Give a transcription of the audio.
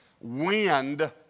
Wind